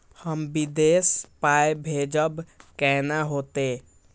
हम विदेश पाय भेजब कैना होते?